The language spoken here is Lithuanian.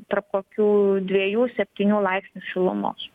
tarp kokių dviejų septynių laipsnių šilumos